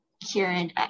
Kieran